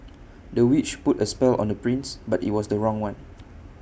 the witch put A spell on the prince but IT was the wrong one